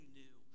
new